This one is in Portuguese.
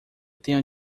tenho